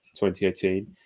2018